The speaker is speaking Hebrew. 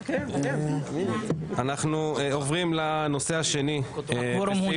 אנחנו עוברים לנושא השני לפי